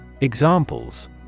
Examples